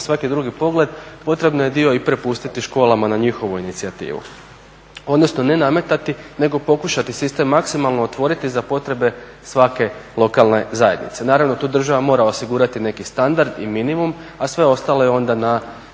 svaki drugi pogled potrebno je dio i prepustiti školama na njihovu inicijativu odnosno ne nametati nego pokušati sistem maksimalno otvoriti za potrebe svake lokalne zajednice. Naravno tu država mora osigurati neki standard i minimum, a sve ostalo je onda na